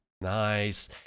Nice